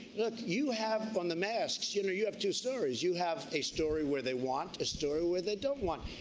you have, on the masks, you know, you have two stories. you have a story where they want, a story where they don't want.